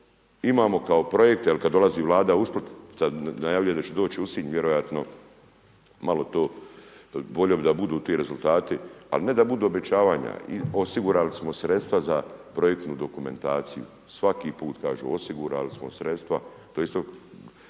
se ne razumije./... , sad najavljuje da će doći u Sinj, vjerojatno malo to, volio bi da budu ti rezultati ali ne da budu obećavanja i osigurali smo sredstva za projektnu dokumentaciju, svaki put kažu, osigurali smo sredstva,